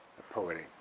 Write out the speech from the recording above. poetic.